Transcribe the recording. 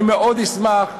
אני מאוד אשמח,